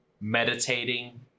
meditating